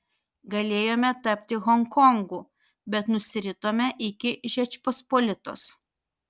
galėjome tapti honkongu bet nusiritome iki žečpospolitos